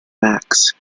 max